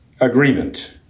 agreement